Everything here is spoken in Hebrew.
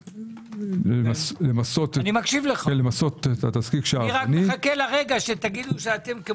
אני רק מחכה לרגע שבו תגידו שאתם פוטרים את התעשייה,